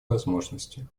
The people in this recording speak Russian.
возможности